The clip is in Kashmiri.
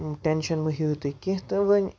ٹٮ۪نشَن مہٕ ہیٚیِو تُہۍ کینٛہہ تہٕ وۄنۍ